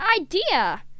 idea